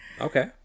Okay